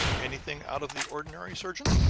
anything out of the ordinary, surgeon?